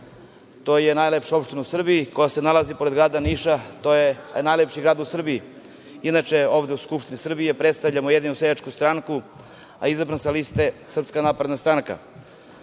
To je najlepša opština u Srbiji koja se nalazi pored grada Niša, to je najlepši grad u Srbiji. Inače, ovde u Skupštini Srbije predstavljam Ujedinjenu seljačku stranku, a izabran sam sa liste SNS.Ovaj Predlog zakona